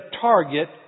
target